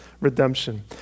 redemption